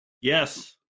yes